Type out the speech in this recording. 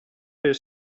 per